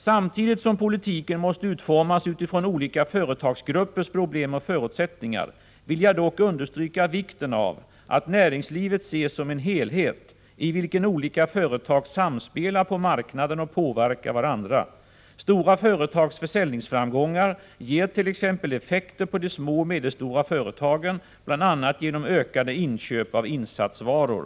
Samtidigt som politiken måste utformas utifrån olika företagsgruppers problem och förutsättningar vill jag dock understryka vikten av att näringslivet ses som en helhet i vilken olika företag samspelar på marknaden och påverkar varandra. Stora företags försäljningsframgångar ger t.ex. effekter på de små och medelstora företagen, bl.a. genom ökade inköp av insatsvaror.